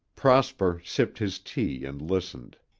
prosper sipped his tea and listened.